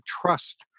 trust